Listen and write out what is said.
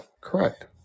correct